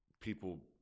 people